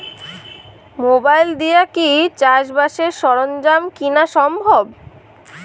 Mobile দিয়া কি চাষবাসের সরঞ্জাম কিনা সম্ভব?